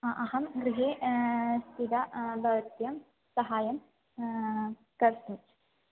हा अहं गृहे स्थिता भवत्यां सहाय्यं कर्तुम्